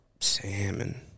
Salmon